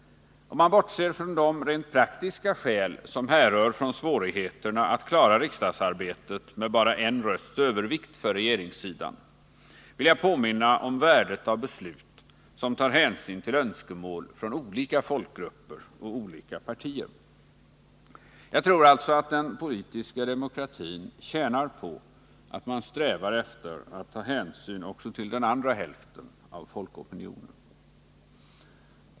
Om man bortser från de rent praktiska skäl som härrör från svårigheterna att klara riksdagsarbetet med bara en rösts övervikt för regeringssidan, vill jag påminna om värdet av beslut som tar hänsyn till önskemål från olika folkgrupper och olika partier. Jag tror alltså att den politiska demokratin tjänar på att man strävar efter att ta hänsyn också till den andra hälften av folkopinionen.